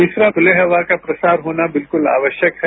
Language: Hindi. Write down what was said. तीसरा खुले हवा का प्रसार होना बिल्कुल आवश्यक है